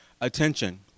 attention